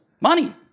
money